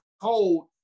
cold